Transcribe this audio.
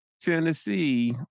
Tennessee